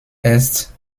erst